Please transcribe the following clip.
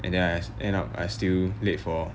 and then I as end up I still late for